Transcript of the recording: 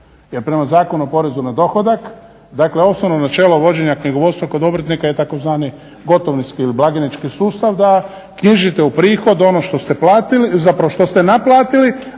prema Zakonu o porezu na dohodak dakle osnovno načelo vođenja knjigovodstva kod obrtnika je tzv. gotovinski ili blagajnički sustav da knjižite u prihod ono što ste platili, zapravo što ste naplatili